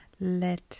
let